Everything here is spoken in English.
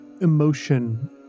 emotion